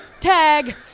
tag